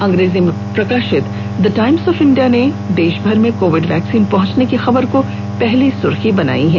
अंग्रेजी में प्रकशित दी टाईम्स ऑफ इंडिया ने देशभर में कोविड वैक्सीन पहुंचाये जाने की खबर को पहली सुर्खी बनाया है